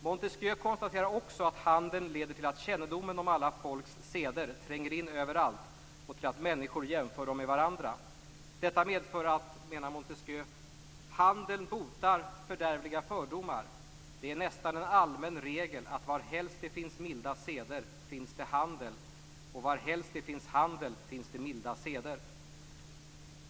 Montesquieu konstaterar också att handeln leder till att kännedomen om alla folks seder tränger in överallt och till att människor jämför dem med varandra. Detta, menar Montesquieu, medför att: "Handeln botar fördärvliga fördomar; det är nästan en allmän regel, att varhelst det finns milda seder, finns det handel, och att varhelst det finns handel, finns det milda seder."